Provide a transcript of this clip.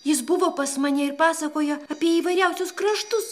jis buvo pas mane ir pasakojo apie įvairiausius kraštus